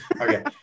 Okay